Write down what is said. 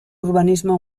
urbanismo